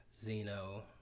Zeno